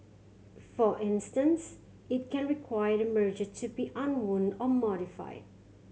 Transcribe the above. for instance it can require the merger to be unwound or modified